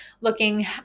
looking